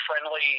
friendly